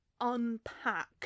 unpack